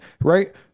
right